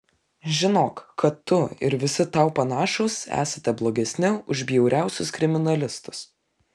žinok kad tu ir visi tau panašūs esate blogesni už bjauriausius kriminalistus